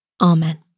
Amen